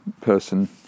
person